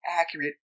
accurate